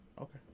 Okay